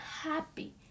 happy